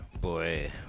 Boy